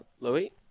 Louis